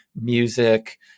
music